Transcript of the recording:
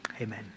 Amen